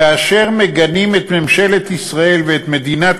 כאשר מגנים את ממשלת ישראל ואת מדינת